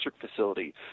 facility